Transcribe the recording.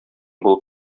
булып